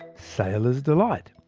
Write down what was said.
sailors' delight.